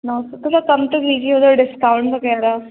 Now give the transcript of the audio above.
नौ सौ थोड़ा कम तो कीजिए उधर डिस्काउन्ट वगैरह